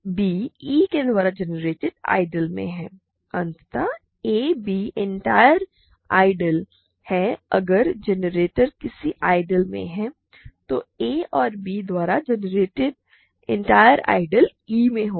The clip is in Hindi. b e के द्वारा जनरेटेड आइडियल में है अतः a b एंटायर आइडियल है अगर जनरेटर किसी आइडियल में है तो a और b द्वारा जनरेटेड एनटायर आइडियल e में होगा